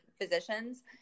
physicians